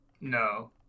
No